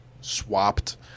swapped